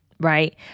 Right